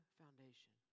foundation